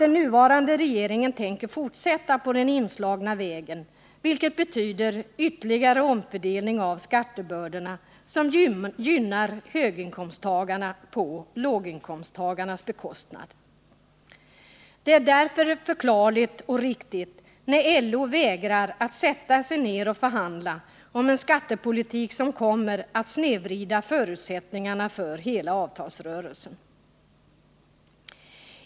Den nuvarande regeringen tänker fortsätta på den inslagna vägen, vilket betyder en ytterligare omfördelning av skattebördorna, så att höginkomsttagarna gynnas på låginkomsttagarnas bekostnad. Det är därför förklarligt och riktigt, när LO vägrar sätta sig ned och förhandla om en skattepolitik, som kommer att snedvrida förutsättningarna för hela avtalsrörelsen.